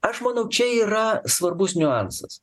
aš manau čia yra svarbus niuansas